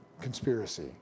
conspiracy